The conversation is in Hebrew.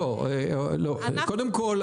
קודם כול,